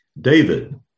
David